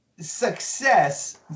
Success